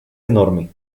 enorme